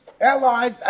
allies